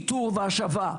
איתור והשבה.